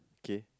okay